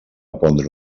pondre